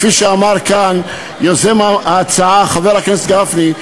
כפי שאמר כאן יוזם ההצעה חבר הכנסת גפני,